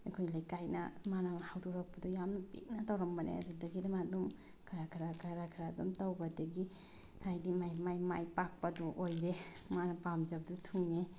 ꯑꯩꯈꯣꯏ ꯂꯩꯀꯥꯏꯅ ꯃꯥꯅ ꯍꯧꯗꯣꯔꯛꯄꯗꯣ ꯌꯥꯝꯅ ꯄꯤꯛꯅ ꯇꯧꯔꯝꯕꯅꯦ ꯑꯗꯨꯗꯒꯤ ꯑꯗꯨꯃꯥꯏꯅ ꯑꯗꯨꯝ ꯈꯔ ꯈꯔ ꯈꯔ ꯈꯔ ꯑꯗꯨꯝ ꯇꯧꯕꯗꯒꯤ ꯍꯥꯏꯗꯤ ꯃꯥꯏ ꯄꯥꯛꯄꯗꯣ ꯑꯣꯏꯔꯦ ꯃꯥꯅ ꯄꯥꯝꯖꯕꯗꯨ ꯊꯨꯡꯉꯦ